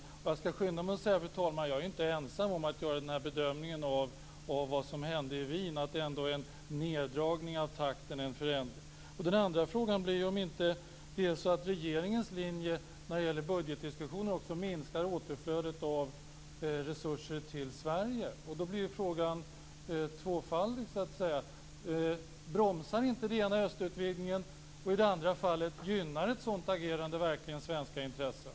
Jag skall, fru talman, skynda mig att säga att jag inte är ensam om att av det som hände i Wien göra bedömningen att det snarare är en neddragning av takten än en förändring. Min andra fråga är om det inte är så att regeringens linje när det gäller budgetdiskussionen minskar återflödet av resurser till Sverige. Frågan blir därmed tvåfaldig så att säga: Bromsas inte östutvidgningen? Och i det andra fallet: Gynnar ett sådant här agerande verkligen svenska intressen?